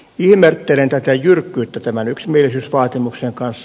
ihmettelen jyrkkyyttä tämän yksimielisyysvaatimuksen kanssa